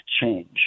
change